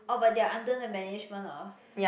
oh but they are under the management of